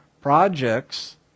projects